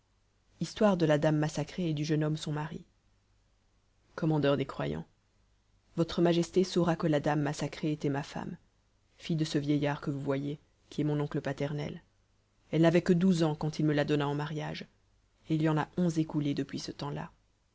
histoire de la dame massacrée et du jeune homme son mari commandeur des croyants votre majesté saura que la dame massacrée était ma femme fille de ce vieillard que vous voyez qui est mon oncle paternel elle n'avait que douze ans quand il me la donna en mariage et il y en a onze d'écoulés depuis ce tempslà